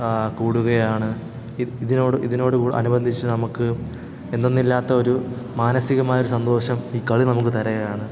ആ കൂടുകയാണ് ഇ ഇതിനോട് ഇതിനോട് അനുബന്ധിച്ച് നമുക്ക് എന്തെന്നില്ലാത്ത ഒരു മാനസികമായ ഒരു സന്തോഷം ഈ കളി നമുക്ക് തരികയാണ്